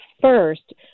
first